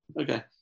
Okay